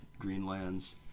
greenlands